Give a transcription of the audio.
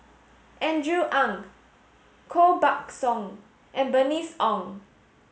Andrew Ang Koh Buck Song and Bernice Ong